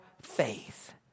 faith